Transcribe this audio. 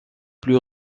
plus